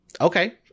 Okay